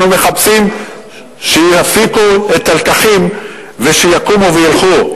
אנחנו מחפשים שיפיקו את הלקחים ושיקומו וילכו.